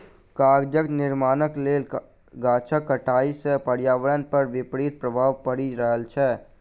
कागजक निर्माणक लेल गाछक कटाइ सॅ पर्यावरण पर विपरीत प्रभाव पड़ि रहल छै